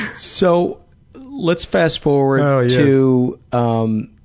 so let's fast-forward to um